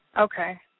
Okay